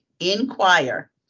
inquire